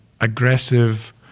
aggressive